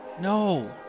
No